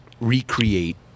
recreate